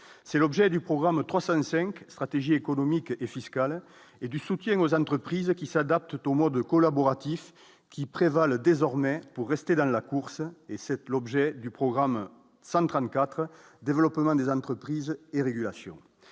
c'est l'objet du programme 3 5 stratégies économiques et fiscales et du soutien aux entreprises qui s'adapte au mode collaboratif qui prévalent désormais pour rester dans la course et cette, l'objet du programme central 4, développement des entreprises et régulation